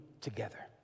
together